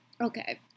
okay